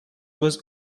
was